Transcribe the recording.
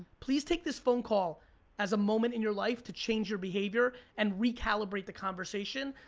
please take this phone call as a moment in your life to change your behavior and recalibrate the conversation.